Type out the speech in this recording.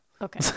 Okay